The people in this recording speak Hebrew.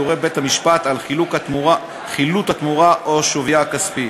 יורה בית-המשפט על חילוט התמורה או שווייה הכספי.